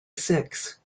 six